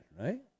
right